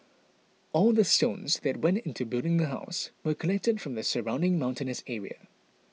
all the stones that went into building the house were collected from the surrounding mountainous area